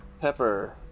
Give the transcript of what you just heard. Pepper